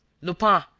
lupin,